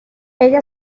ella